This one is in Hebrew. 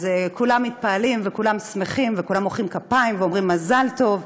אז כולם מתפעלים וכולם שמחים וכולם מוחאים כפיים ואומרים מזל טוב.